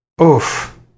Oof